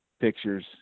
pictures